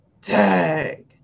Tag